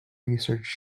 research